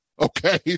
Okay